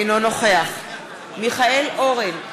אינו נוכח מיכאל אורן,